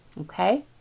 okay